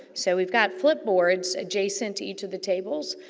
so, we've got flip boards adjacent to each of the tables,